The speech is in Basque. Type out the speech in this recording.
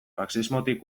faxismotik